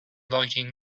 lighting